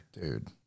dude